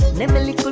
liberally